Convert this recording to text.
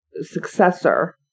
successor